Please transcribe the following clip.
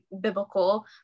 biblical